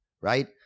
right